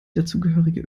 dazugehörige